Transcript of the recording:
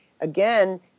again